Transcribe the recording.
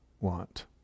want